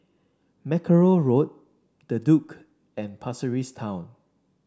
Mackerrow Road The Duke and Pasir Ris Town